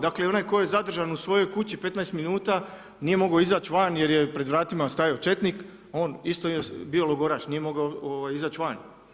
Dakle i onaj tko je zadržan u svojoj kući 15 minuta, nije mogao izaći van jer je pred vratima stajao četnik, on isto je bio logoraš, nije mogao izaći van.